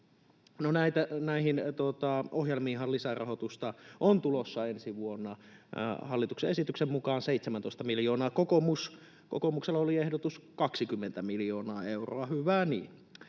Näihin ohjelmiinhan lisärahoitusta on tulossa ensi vuonna hallituksen esityksen mukaan 17 miljoonaa. Kokoomuksella oli ehdotus 20 miljoonaa euroa, hyvä niin.